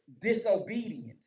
disobedience